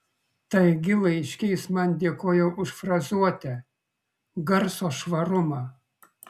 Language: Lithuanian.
taigi laiške jis man dėkoja už frazuotę garso švarumą